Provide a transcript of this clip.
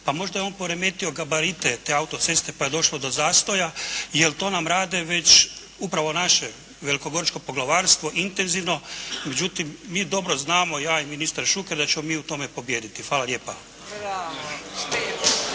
pa možda je on poremetio gabarite te autoceste pa je došlo do zastoja, jer to nam rade već, upravo naše velikogoričko poglavarstvo intenzivno. Međutim, mi dobro znamo, ja i ministar Šuker da ćemo mi u tome pobijediti. Hvala lijepa.